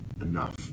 enough